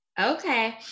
Okay